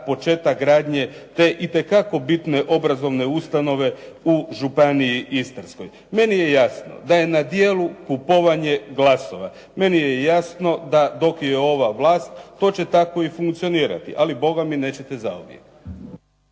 početak gradnje te itekako bitne obrazovne ustanove u županiji Istarskoj. Meni je jasno da je na djelu kupovanje glasova. Meni je jasno da dok je ova vlast, to će tako i funkcionirati. Ali Boga mi, nećete zauvijek.